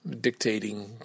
dictating